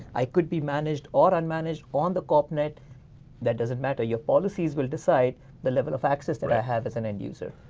i could be managed or unmanaged on the corpnet that doesn't matter your policies will decide the level of access that i have as an end user.